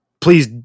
please